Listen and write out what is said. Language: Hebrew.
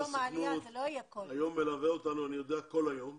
הסוכנות מלווה אותנו היום במשך כל היום.